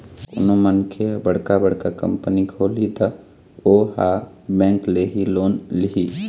कोनो मनखे ह बड़का बड़का कंपनी खोलही त ओहा बेंक ले ही लोन लिही